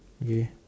okay